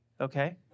okay